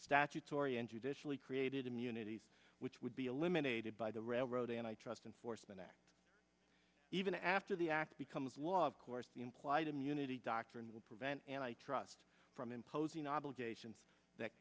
statutory and judicially created immunities which would be eliminated by the railroad and i trust enforcement act even after the act becomes law of course the implied immunity doctrine will prevent and i trust from imposing obligations that